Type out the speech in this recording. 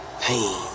Pain